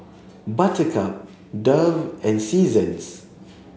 Buttercup Dove and Seasons